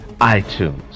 itunes